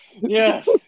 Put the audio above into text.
yes